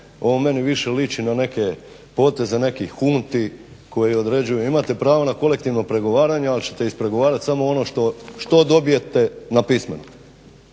ovo meni više liči na neke poteze nekih knuti koje određuju. Imate pravo na kolektivno pregovaranje al ćete ispregovorat samo ono što dobijete na pismeno,